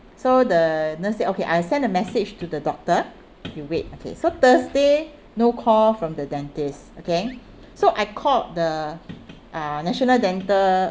so the nurse said okay I send a message to the doctor you wait okay so thursday no call from the dentist okay so I called the uh national dental